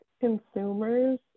consumers